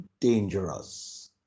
dangerous